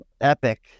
epic